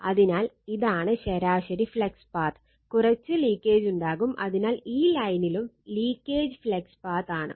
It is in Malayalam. അതിനാൽ ഇതാണ് ശരാശരി ഫ്ലക്സ് പാത്ത് കുറച്ച് ലീക്കേയ്ജുണ്ടാകും ആണ്